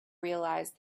realise